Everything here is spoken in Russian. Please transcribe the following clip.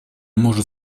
может